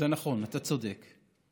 זה נכון, אתה צודק.